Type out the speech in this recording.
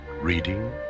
Reading